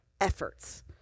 efforts